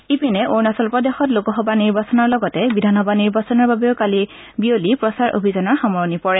ইপিনে অৰুণাচল প্ৰদেশত লোকসভা নিৰ্বাচনৰ লগতে বিধানসভা নিৰ্বাচনৰ বাবেও কালি বিয়লি প্ৰচাৰ অভিযানৰ সামৰণি পৰে